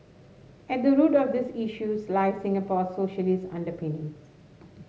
at the root of these issues lie Singapore's socialists underpinnings